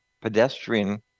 pedestrian